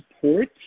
support